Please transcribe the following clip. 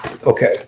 Okay